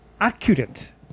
accurate